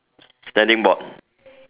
standing board